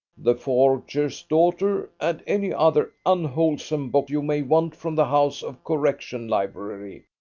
the forger's daughter, and any other unwholesome book you may want from the house of correction library.